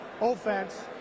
offense